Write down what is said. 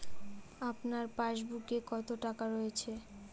আপনার পাসবুকে কত টাকা রয়েছে?